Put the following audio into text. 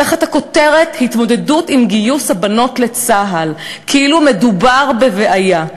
תחת הכותרת "התמודדות עם גיוס הבנות לצה"ל" כאילו מדובר בבעיה.